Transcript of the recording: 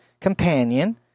companion